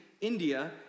India